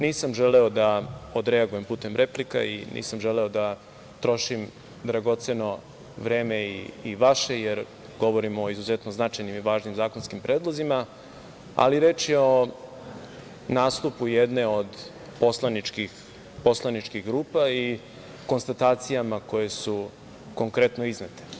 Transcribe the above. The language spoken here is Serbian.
Nisam želeo da odreagujem putem replika i nisam želeo da trošim dragoceno vreme i vaše, jer govorimo o izuzetno značajnim i važnim zakonskim predlozima, ali reč je o nastupu jedne od poslaničkih grupa i konstatacijama koje su konkretno iznete.